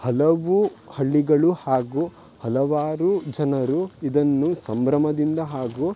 ಹಲವು ಹಳ್ಳಿಗಳು ಹಾಗೂ ಹಲವಾರು ಜನರು ಇದನ್ನು ಸಂಭ್ರಮದಿಂದ ಹಾಗೂ